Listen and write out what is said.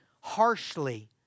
harshly